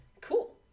cool